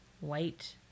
white